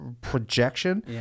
projection